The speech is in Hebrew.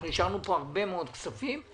אנחנו אישרנו פה הרבה מאוד כספים,